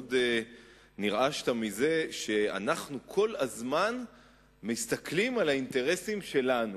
מאוד נרעשת מזה שאנחנו כל הזמן מסתכלים על האינטרסים שלנו.